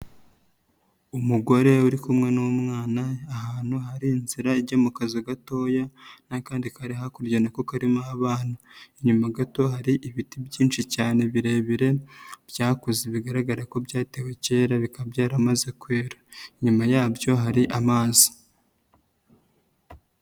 Umugore uri kumwe n'umwana ahantu hari inzira ijya mu kazu gatoya, n'akandi kari hakurya nako karimo abana, inyuma gato hari ibiti byinshi cyane birebire byakuze bigaragara ko byatewe kera bikaba byaramaze kwera, inyuma yabyo hari amazi.